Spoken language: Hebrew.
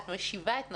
את משיבה את נפשי.